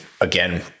again